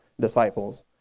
disciples